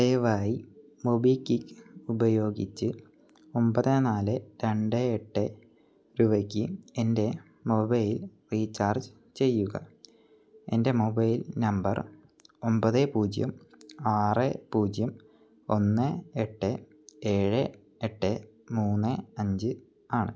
ദയവായി മൊബിക്വിക് ഉപയോഗിച്ചു ഒമ്പത് നാല് രണ്ട് എട്ടേ രൂപയ്ക്ക് എൻ്റെ മൊബൈൽ റീചാർജ് ചെയ്യുക എൻ്റെ മൊബൈൽ നമ്പർ ഒമ്പത് പൂജ്യം ആറ് പൂജ്യം ഒന്ന് എട്ട് ഏഴ് എട്ട് മൂന്ന് അഞ്ച് ആണ്